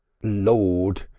lord!